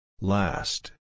Last